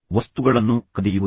ವಸ್ತುಗಳನ್ನು ಕದಿಯುವುದು